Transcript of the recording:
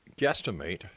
guesstimate